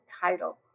title